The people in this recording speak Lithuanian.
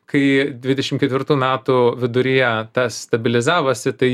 kai dvidešim ketvirtų metų viduryje tas stabilizavosi tai